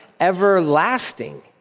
everlasting